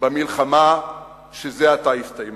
במלחמה שזה עתה הסתיימה".